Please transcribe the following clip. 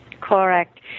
Correct